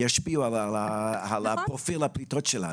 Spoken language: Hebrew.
ישפיעו על תוכנית הפליטות שלנו.